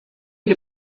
ele